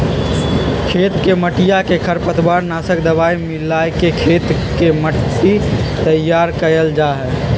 खेत के मटिया में खरपतवार नाशक दवाई मिलाके खेत के मट्टी तैयार कइल जाहई